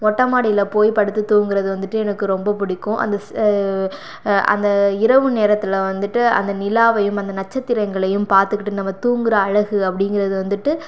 மொட்ட மாடியில் போய் படுத்து தூங்கிறது வந்துட்டு எனக்கு ரொம்ப பிடிக்கும் அந்த அந்த இரவு நேரத்தில் வந்துட்டு அந்த நிலாவையும் அந்த நட்சத்திரங்களையும் பார்த்துக்கிட்டு நம்ம தூங்கிற அழகு அப்படிங்கிறது வந்துட்டு